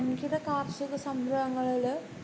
വൻകിട കാർഷിക സംരഭങ്ങളിൽ